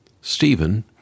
Stephen